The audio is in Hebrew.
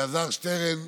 אלעזר שטרן,